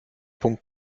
punkt